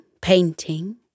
painting